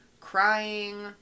crying